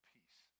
Peace